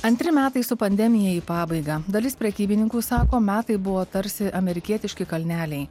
antri metai su pandemija į pabaigą dalis prekybininkų sako metai buvo tarsi amerikietiški kalneliai